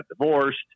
divorced